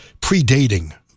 predating